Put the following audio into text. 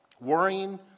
Worrying